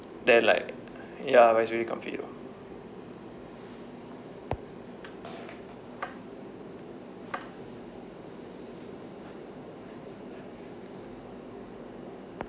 then like ya but it's very comfy though